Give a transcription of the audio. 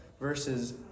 versus